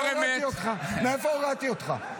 מאיפה הורדתי אותך?